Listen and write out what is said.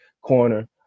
corner